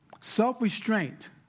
Self-restraint